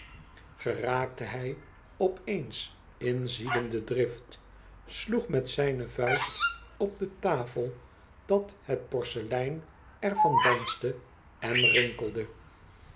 vriend hij op eens m ziedende drift sloeg met zijne vuist op de tafel dat het porselein er van danste en rinkelde